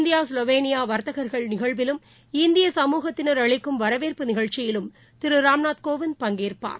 India ஸ்லொவேளியாவர்த்தகர்கள் நிகழ்விலும் இந்திய சமூகத்தினர் அளிக்கும் வரவேற்பு நிகழ்ச்சியிலும் திருராம்நாத் கோவிந்த் பங்கேற்பார்